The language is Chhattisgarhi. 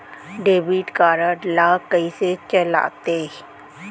डेबिट कारड ला कइसे चलाते?